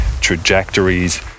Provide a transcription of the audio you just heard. trajectories